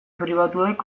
pribatuek